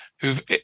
who've